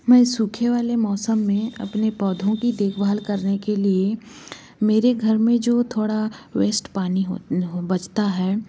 मैं सूखे वाले मौसम में अपने पौधों की देखभाल करने के लिए मेरे घर में जो थोड़ा वेस्ट पानी हो हो बचता है